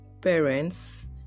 parents